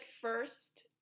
first